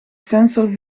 sensor